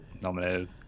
nominated